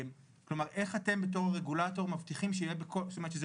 כלומר איך אתם בתור הרגולטור מבטיחים שזה